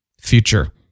future